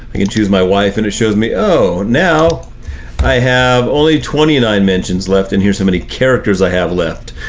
i can choose my wife and it shows me, oh, now i have only twenty nine mentions left, and here's how many characters i have left.